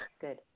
Good